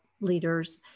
leaders